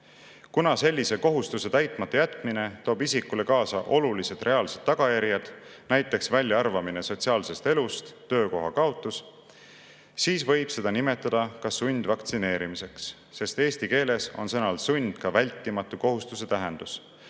Kuna sellise kohustuse täitmata jätmine toob isikule kaasa olulised reaalsed tagajärjed (nt väljaarvamine sotsiaalsest elust, töökohakaotus), siis võib seda nimetada ka sundvaktsineerimiseks (sest eesti keeles on sõnalsundka vältimatu kohustuse tähendus),